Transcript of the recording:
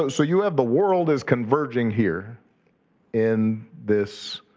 so you have the world is converging here in this